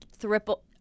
triple